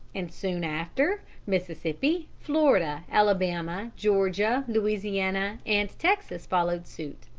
and soon after mississippi, florida, alabama, georgia, louisiana, and texas followed suit.